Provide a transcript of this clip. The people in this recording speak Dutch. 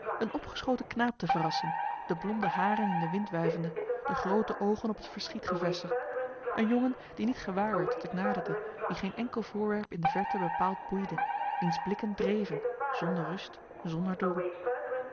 een opgeschoten knaap te verrassen de blonde haren in den wind wuivende de groote oogen op het verschiet gevestigd een jongen die niet gewaar werd dat ik naderde wien geen enkel voorwerp in de verte bepaald boeide wiens blikken dreven zonder rust zonder doel